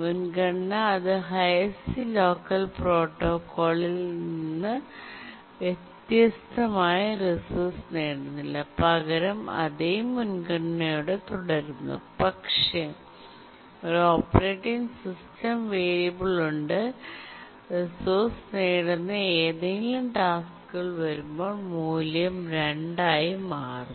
മുൻഗണന അത് highest locker പ്രോട്ടോക്കോളിൽ നിന്ന് വ്യത്യസ്തമായി റിസോഴ്സ് നേടുന്നില്ല പകരം അതേ മുൻഗണനയോടെ തുടരുന്നു പക്ഷേ ഒരു ഓപ്പറേറ്റിംഗ് സിസ്റ്റം വേരിയബിൾ ഉണ്ട് റിസോഴ്സ് നേടുന്ന ഏതെങ്കിലും ടാസ്ക്കുകൾ വരുമ്പോൾ മൂല്യം രണ്ടായി മാറുന്നു